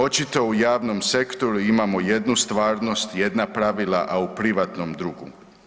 Očito u javnom sektoru imamo jednu stvarnost, jedna pravila, a u privatnom drugu.